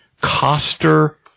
Coster